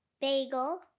bagel